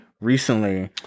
recently